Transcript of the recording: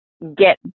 get